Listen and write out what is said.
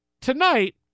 Tonight